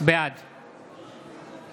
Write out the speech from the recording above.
בעד